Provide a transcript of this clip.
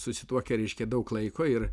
susituokę reiškia daug laiko ir